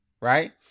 right